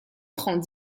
prend